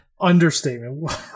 understatement